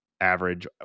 average